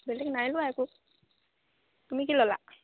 বেলেগ নাই লোৱা একো তুমি কি ল'লা